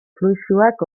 fluxuak